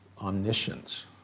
omniscience